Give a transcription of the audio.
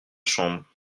chambre